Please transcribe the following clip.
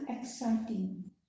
exciting